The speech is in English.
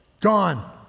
Gone